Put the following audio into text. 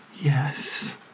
yes